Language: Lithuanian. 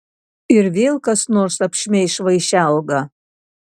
ir vėl kas nors apšmeiš vaišelgą